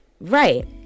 right